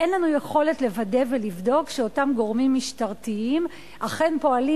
ואין לנו יכולת לוודא ולבדוק שאותם גורמים משטרתיים אכן פועלים